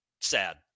sad